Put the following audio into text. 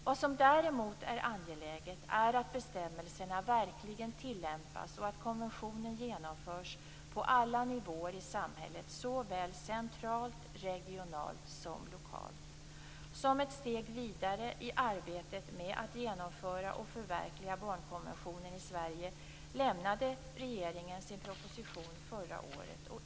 Vad som däremot är angeläget är att bestämmelserna verkligen tillämpas och att konventionen genomförs på alla nivåer i samhället, såväl centralt och regionalt som lokalt. Som ett steg vidare i arbetet med att genomföra och förverkliga barnkonventionen i Sverige lämnade regeringen sin proposition förra året.